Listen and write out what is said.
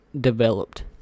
developed